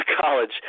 college